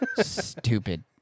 Stupid